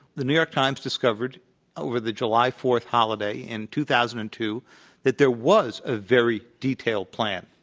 the new york times discovered over the july fourth holiday in two thousand and two that there was a very detailed plan